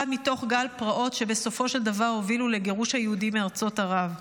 אחד מתוך גל הפרעות שבסופו של דבר הובילו לגירוש היהודים מארצות ערב.